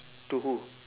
to who